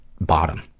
bottom